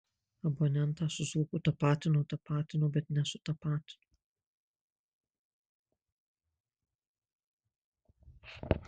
abonentą su zuoku tapatino tapatino bet nesutapatino